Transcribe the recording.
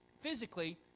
physically